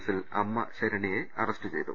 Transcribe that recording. കേസിൽ അമ്മ ശരണ്യയെ അറസ്റ്റ് ചെയ്തു